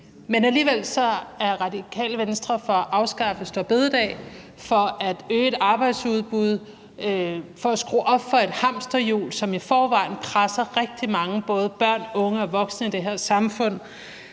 Men alligevel er Radikale Venstre for at afskaffe store bededag, for at øge arbejdsudbuddet og for at skrue op for et hamsterhjul, som i forvejen presser rigtig mange både børn, unge og voksne i det her samfund,